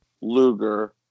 Luger